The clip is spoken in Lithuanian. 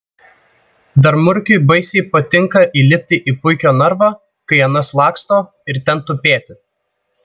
dar murkiui baisiai patinka įlipti į puikio narvą kai anas laksto ir ten tupėti